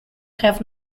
have